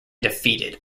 defeated